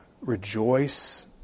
rejoice